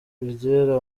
iryera